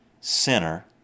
sinner